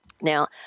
Now